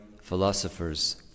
philosophers